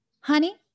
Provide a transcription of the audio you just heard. Honey